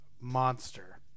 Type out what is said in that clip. monster